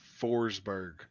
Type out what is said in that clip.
Forsberg